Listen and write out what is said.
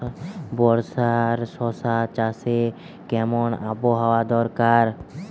বর্ষার শশা চাষে কেমন আবহাওয়া দরকার?